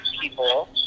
people